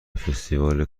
فستیوال